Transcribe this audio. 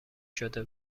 شده